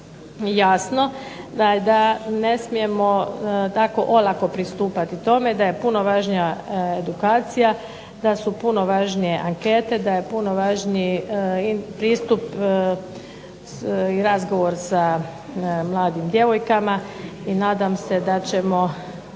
jasno, da ne smijemo tako olako pristupati tome, da je puno važnija edukacija, da su puno važnije ankete, da je puno važniji pristup i razgovor sa mladim djevojkama i nadam se da ćemo,